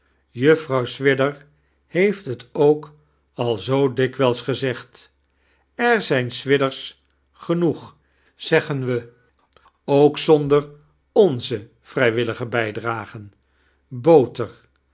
juffrouw swidger heeft t ook al zoo dikwijls gezegd er zijn swidgeira genoeg zeggen we ook zonder onze vrijwillige bijdragen boter